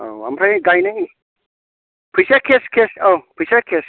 औ ओमफ्राय गायनाय फैसाया केस औ फैसाया केस